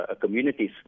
communities